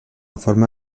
forma